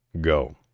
go